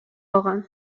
алган